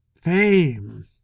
fame